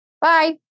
Bye